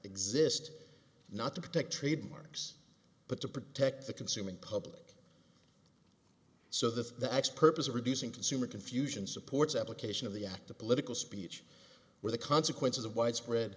exist not to protect trademarks but to protect the consuming public so this acts purpose of reducing consumer confusion supports application of the act to political speech where the consequences of widespread